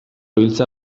hiltzea